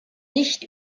nicht